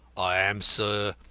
i am, sir,